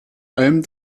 allem